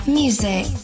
music